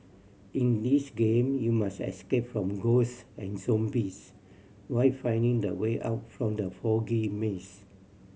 in this game you must escape from ghosts and zombies while finding the way out from the foggy maze